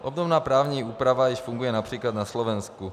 Obdobná právní úprava již funguje např. na Slovensku.